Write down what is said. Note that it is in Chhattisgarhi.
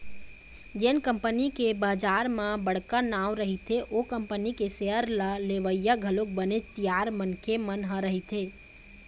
जेन कंपनी के बजार म बड़का नांव रहिथे ओ कंपनी के सेयर ल लेवइया घलोक बनेच तियार मनखे मन ह रहिथे